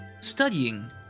studying